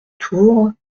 tour